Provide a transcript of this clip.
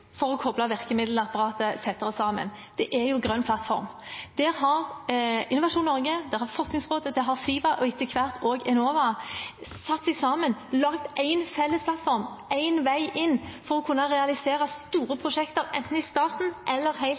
for å koble virkemiddelapparatet tettere sammen, er Grønn plattform. Der har Innovasjon Norge, Forskningsrådet, SIVA og etter hvert også Enova satt seg sammen, laget én felles plattform, én vei inn, for å kunne realisere store prosjekter, enten i starten eller helt